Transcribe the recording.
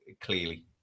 Clearly